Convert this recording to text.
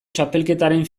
txapelketaren